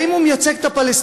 האם הוא מייצג את הפלסטינים